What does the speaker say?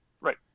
Right